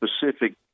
specific